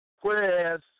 Whereas